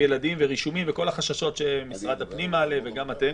ילדים ורישומים וכל החששות שמשרד הפנים מעלה וגם אתם.